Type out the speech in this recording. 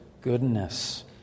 goodness